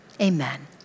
amen